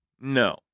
No